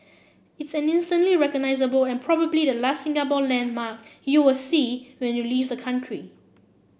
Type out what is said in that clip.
it's an instantly recognisable and probably the last Singapore landmark you'll see when you leave the country